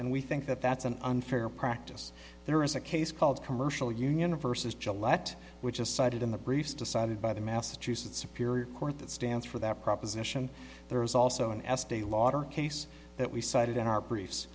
and we think that that's an unfair practice there is a case called commercial universes gillette which is cited in the briefs decided by the massachusetts a period court that stands for that proposition there is also an s t a lauder case that we cited in our br